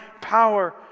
power